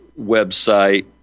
website